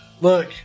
Look